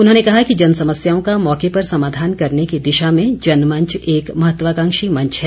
उन्होंने कहा कि जन सुंस्याओं का मौके पर समाधान करने की दिशा में जनमंच एक महत्वाकांक्षी मंच है